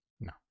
No